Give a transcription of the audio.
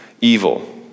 evil